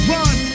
Run